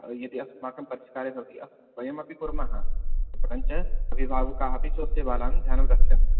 यदि अस्माकं परिष्कारे सति वयमपि कुर्मः परञ्च अभिभावुकाः स्वस्य बालान् ध्यानं रक्षन्तु अस्तु